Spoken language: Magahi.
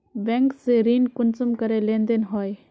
बैंक से ऋण कुंसम करे लेन देन होए?